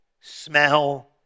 smell